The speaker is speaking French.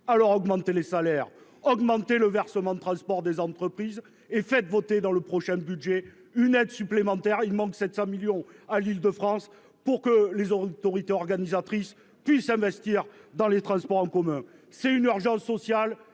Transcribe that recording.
alors augmenter les salaires augmenter le versement transport des entreprises et fait voter dans le prochain budget, une aide supplémentaire, il manque 700 millions à l'Île de France pour que les autorités organisatrices puissent investir dans les transports en commun, c'est une urgence sociale